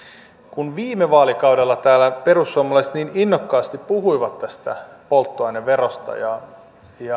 kun viime vaalikaudella täällä perussuomalaiset niin innokkaasti puhuivat tästä polttoaineverosta ja